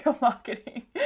marketing